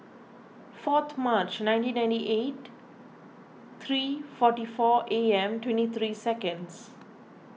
fourth March nineteen ninety eight three forty four A M twenty three seconds